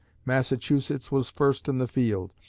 massachusetts was first in the field,